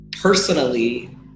personally